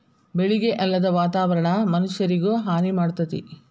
ಬೆಳಿಗೆ ಅಲ್ಲದ ವಾತಾವರಣಾ ಮನಷ್ಯಾರಿಗು ಹಾನಿ ಮಾಡ್ತತಿ